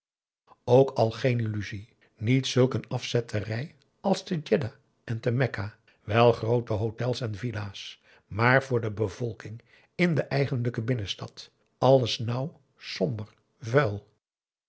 ook al geen illusie niet zulk een afzetterij als te djedda en te mekka wèl groote hotels en villa's maar voor de bevolking in de eigenlijke binnenstad alles nauw somber vuil